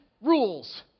rules